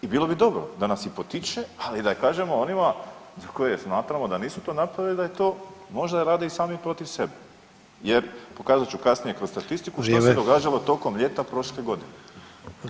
I bilo bi dobro da nas se potiče ali i da kažemo onima za koje smatramo da nisu to napravili, da to možda rade i sami protiv sebe jer pokazat ću kasnije kroz statistiku, [[Upadica Sanader: Vrijeme.]] što se događalo tokom ljeta prošle godine.